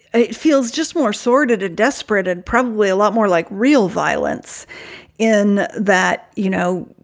it feels just more sordid, a desperate and probably a lot more like real violence in that, you know,